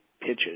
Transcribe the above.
pitches